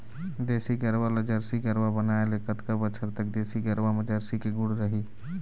देसी गरवा ला जरसी गरवा बनाए ले कतका बछर तक देसी गरवा मा जरसी के गुण रही?